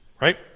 Right